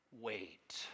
Wait